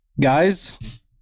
Guys